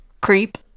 creep